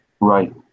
Right